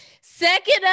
Second